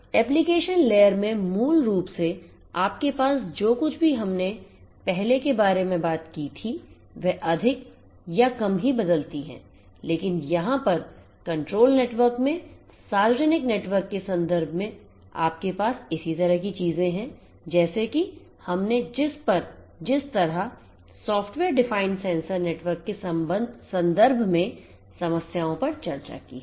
application layer में मूल रूप से आपके पास जो कुछ भी हमने पहले के बारे में बात की थी वह अधिक या कम ही बदलती है लेकिन यहां पर Control नेटवर्क में सार्वजनिक नेटवर्क के संदर्भ में आपके पास इसी तरह की चीजें हैं जैसे कि हमने जिस तरह सॉफ्टवेयर परिभाषित सेंसर नेटवर्क के संदर्भ में समस्याओं पर चर्चा की है